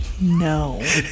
No